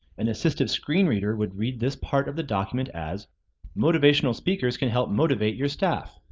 an assistive screen reader would read this part of the document as motivational speakers can help motivate your staff.